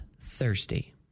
thirsty